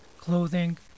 clothing